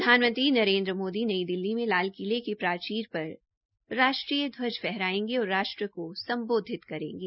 प्रधानमंत्री नरेन्द मोदी नई दिल्ली में लाल किले की प्राचीन पर राष्ट्रीय ध्वज फहरायेंगे और राष्ट्र को सम्बोधित करेंगे